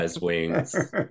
wings